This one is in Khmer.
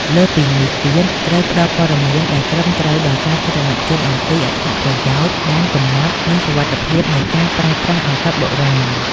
លើសពីនេះទៀត ត្រូវផ្ដល់ព័ត៌មានដែលត្រឹមត្រូវដល់សាធារណជនអំពីអត្ថប្រយោជន៍ ដែនកំណត់ និងសុវត្ថិភាពនៃការប្រើប្រាស់ឱសថបុរាណ។